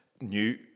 new